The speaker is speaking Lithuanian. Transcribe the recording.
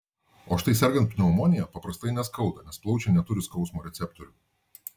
o štai sergant pneumonija paprastai neskauda nes plaučiai neturi skausmo receptorių